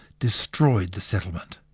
destroyed the settlement.